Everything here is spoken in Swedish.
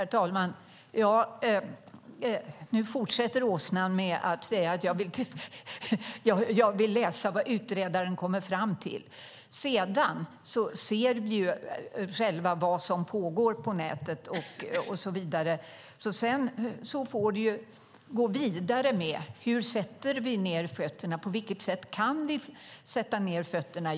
Herr talman! Nu fortsätter åsnan med att säga att hon vill läsa vad utredaren kommer fram till. Vi ser själva vad som pågår på nätet och så vidare. Sedan får vi gå vidare med hur vi sätter ned fötterna. På vilket sätt kan vi sätta ned fötterna?